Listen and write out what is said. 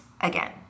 again